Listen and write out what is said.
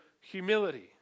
humility